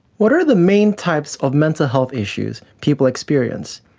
what are the main types of mental health issues people experience?